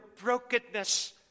brokenness